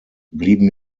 blieben